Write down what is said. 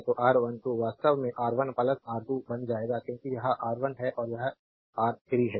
तो R1 2 वास्तव में R1 R 3 बन जाएगा क्योंकि यह R1 है और यह आर 3 है